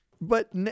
But-